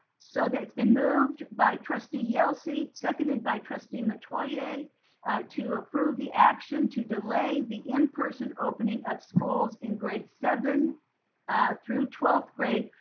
so that it's been moved by trustee yelsey, seconded by trustee metoyer to approve the action to delay the in-person opening up schools in grade seven through twelfth grade,